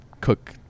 cook